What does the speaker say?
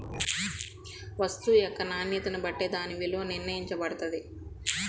వస్తువు యొక్క నాణ్యతని బట్టే దాని విలువ నిర్ణయించబడతది